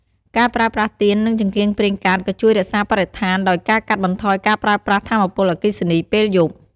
ការប្រើប្រាស់ទៀន និងចង្កៀងប្រេងកាតក៏ជួយរក្សាបរិស្ថានដោយការកាត់បន្ថយការប្រើប្រាស់ថាមពលអគ្គិសនីពេលយប់។